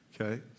okay